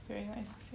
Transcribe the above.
sorry is not the same